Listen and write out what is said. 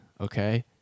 okay